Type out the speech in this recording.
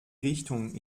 richtung